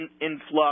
influx